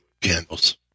candles